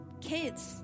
kids